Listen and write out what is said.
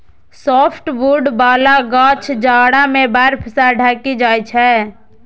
softwood बला गाछ जाड़ा मे बर्फ सं ढकि जाइ छै